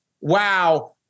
wow